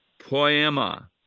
poema